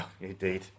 indeed